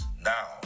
Now